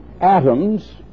atoms